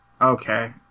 okay